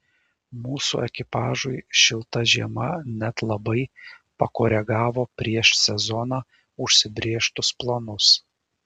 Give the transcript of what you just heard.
mūsų ekipažui šilta žiema net labai pakoregavo prieš sezoną užsibrėžtus planus